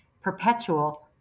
perpetual